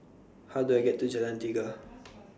How Do I get to Jalan Tiga